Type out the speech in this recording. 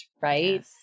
right